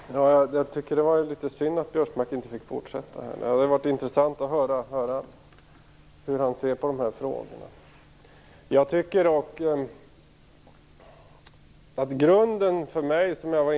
Herr talman! Jag tycker att det var litet synd att Biörsmark inte fick fortsätta. Det hade varit intressant att höra hur han ser på dessa frågor. För mig är grunden dock en människosyn.